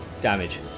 damage